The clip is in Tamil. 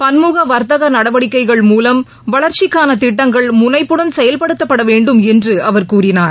பன்முக வர்த்தக நடவடிக்கைகள் மூலம் வளர்ச்சிக்கான திட்டங்கள் முனைப்புடன் செயல்படுத்தப்பட வேண்டும் என்று அவர் கூறினார்